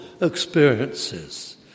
experiences